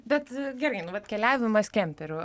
bet gerai nu vat keliavimas kemperiu